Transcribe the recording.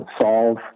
solve